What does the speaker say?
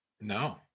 No